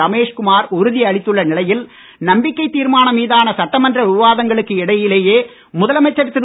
ரமேஷ் குமார் உறுதி அளித்துள்ள நிலையில் நம்பிக்கை தீர்மானம் மீதான சட்டமன்ற விவாதங்களுக்கு இடையிலேயே முதலமைச்சர் திரு